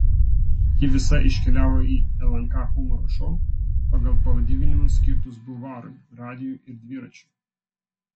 ji visa iškeliavo į lnk humoro šou pagal pavadinimus skirtus bulvarui radijui ir dviračiui